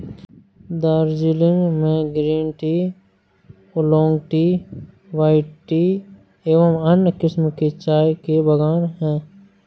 दार्जिलिंग में green tea, oolong tea, white tea एवं अन्य किस्म के चाय के बागान हैं